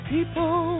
People